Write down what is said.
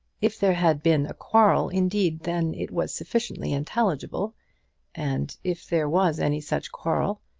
if there had been a quarrel, indeed, then it was sufficiently intelligible and if there was any such quarrel,